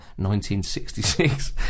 1966